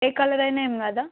ఏ colour అయినా ఏమి కాదా